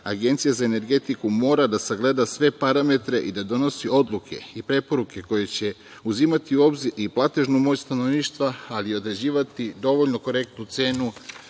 Agencija za energetiku mora da sagleda sve parametre i da donosi odluke i preporuke koje će uzimati u obzir i platežnu moć stanovništva, ali i određivati dovoljno korektnu cenu